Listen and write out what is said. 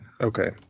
Okay